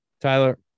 Tyler